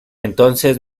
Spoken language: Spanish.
entonces